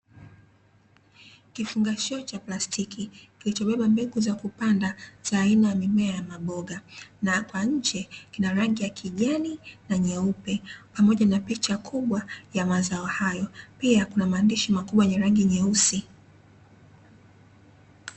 Kifungashio cha plastiki kilichobeba mbegu za kupanda za aina ya mimea ya maboga na kwa nje kina rangi ya kijani na nyeupe pamoja na picha kubwa ya mazao hayo pia kuna maandishi makubwa yenye rangi nyeusi.